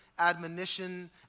Admonition